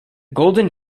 golden